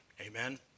Amen